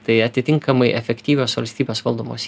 tai atitinkamai efektyvios valstybės valdomos